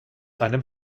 einem